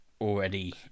Already